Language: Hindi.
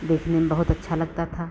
देखने में बहुत अच्छा लगता था